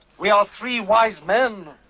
we are three wise men.